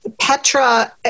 Petra